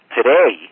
today